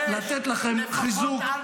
אתם יושבים איתו, זה הכול.